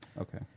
Okay